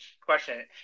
question